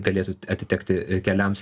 galėtų atitekti keliams